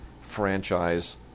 franchise